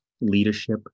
leadership